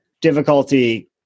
difficulty